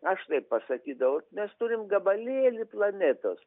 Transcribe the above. aš taip pasakydavau nes turim gabalėlį planetos